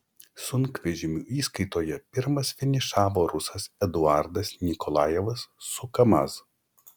sunkvežimių įskaitoje pirmas finišavo rusas eduardas nikolajevas su kamaz